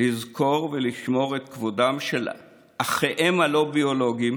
לזכור ולשמור את כבודם של אחיהם הלא-ביולוגיים,